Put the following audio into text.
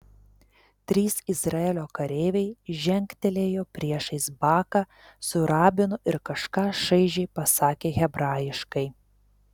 trys izraelio kareiviai žengtelėjo priešais baką su rabinu ir kažką šaižiai pasakė hebrajiškai